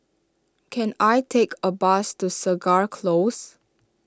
can I take a bus to Segar Close